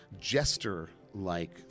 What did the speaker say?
jester-like